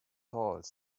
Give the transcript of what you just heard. halls